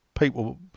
People